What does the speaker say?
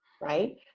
Right